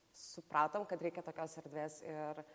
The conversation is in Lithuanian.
supratom kad reikia tokios erdvės ir